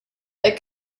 jekk